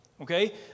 Okay